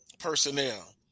personnel